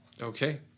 Okay